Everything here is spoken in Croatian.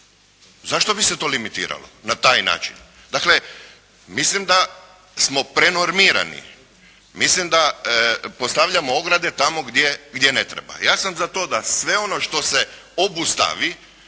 Zašto bi se to limitiralo na taj način? Dakle mislim da smo prenormirani. Mislim da postavljamo ograde tamo gdje ne treba. Ja sam za to da sve ono što se obustavi